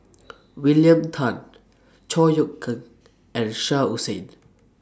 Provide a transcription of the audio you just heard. William Tan Chor Yeok Eng and Shah Hussain